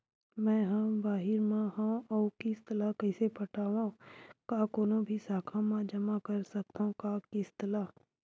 मैं हा बाहिर मा हाव आऊ किस्त ला कइसे पटावव, का कोनो भी शाखा मा जमा कर सकथव का किस्त ला?